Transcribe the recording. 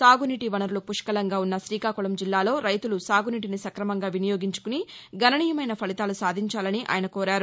సాగునీటి వనరులు పుష్కలంగా ఉన్న శ్రీకాకుళం జిల్లాలో రైతులు సాగునీటిని సక్రమంగా వినియోగించికుని గణనీయమైన ఫలితాలు సాధించాలని ఆయన కోరారు